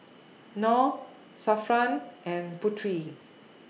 Nor Zafran and Putri